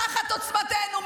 תחת עוצמתנו,